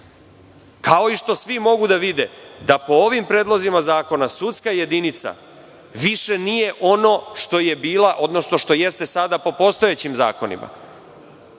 Kao i što svi mogu da vide da po ovim predlozima zakona sudska jedinica više nije ono što je bila, odnosno što jeste sada po postojećim zakonima,